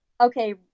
Okay